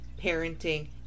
parenting